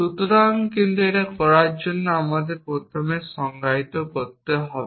সুতরাং কিন্তু এটি করার জন্য আমাদের প্রথমে সংজ্ঞায়িত করতে হবে